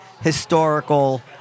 historical